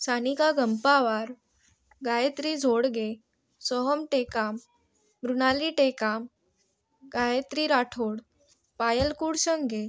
Sanika Gampawar Gayatri Zodge Soham Tekam Mrunali Tekam Gayatri Rathod Payal Kudsange